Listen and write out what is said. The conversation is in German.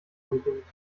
bedingt